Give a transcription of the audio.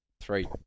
Three